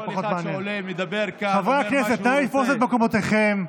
כל אחד שעולה מדבר כאן, אומר מה שהוא רוצה.